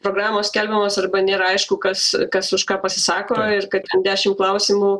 programos skelbiamos arba nėra aišku kas kas už ką pasisako ir kad ten dešim klausimų